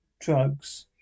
drugs